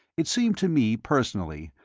it seemed to me, personally,